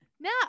Now